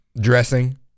Dressing